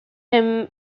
him